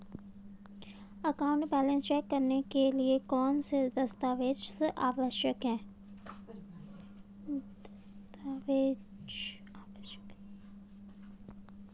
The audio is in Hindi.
अकाउंट बैलेंस चेक करने के लिए कौनसे दस्तावेज़ आवश्यक हैं?